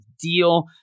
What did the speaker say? deal